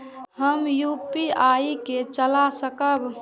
हम यू.पी.आई के चला सकब?